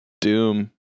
Doom